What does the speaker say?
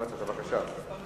בבקשה.